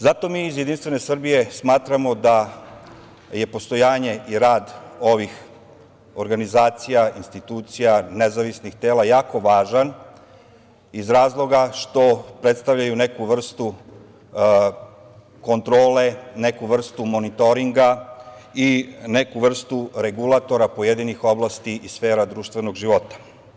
Zato mi iz JS smatramo da je postojanje i rad ovih organizacija, institucija, nezavisnih tela, jako važan iz razloga što predstavljaju neku vrstu kontrole, neku vrstu monitoringa i neku vrstu regulatora pojedinih oblasti iz sfera društvenog života.